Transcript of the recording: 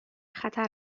خطر